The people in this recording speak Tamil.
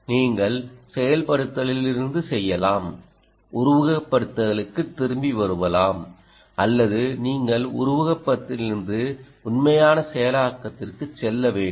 நீங்கள் செயல்படுத்தலில் இருந்து செய்யலாம் உருவகப்படுத்துதலுக்கு திரும்பி வரலாம் அல்லது நீங்கள் உருவகப்படுத்துதலில் இருந்து உண்மையான செயலாக்கத்திற்கு செல்ல வேண்டும்